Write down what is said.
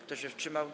Kto się wstrzymał?